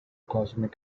cosmic